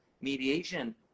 mediation